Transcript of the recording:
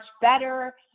better